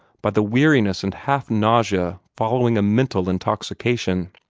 by the weariness and half-nausea following a mental intoxication.